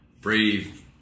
brave